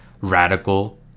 radical